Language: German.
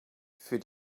für